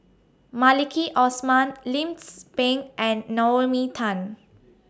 Maliki Osman Lim Tze Peng and Naomi Tan